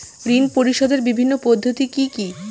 ঋণ পরিশোধের বিভিন্ন পদ্ধতি কি কি?